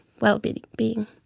well-being